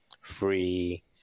free